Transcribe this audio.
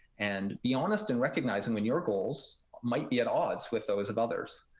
and be honest in recognizing when your goals might be at odds with those of others.